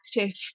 active